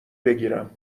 بگیرم